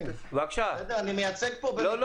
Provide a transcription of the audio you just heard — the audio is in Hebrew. אני מייצג פה -- לא,